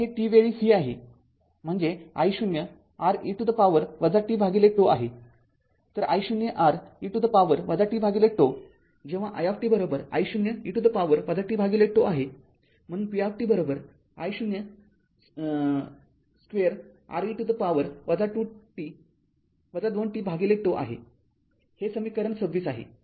तर हे t वेळी V आहे म्हणजे I0 R e to the power t τ आहे तर I0 R e to the power t τ जेव्हा i t I0 e to the power t τ आहे म्हणून p t I0 square R e to the power २ t τ आहे हे समीकरण २६ आहे